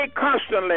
constantly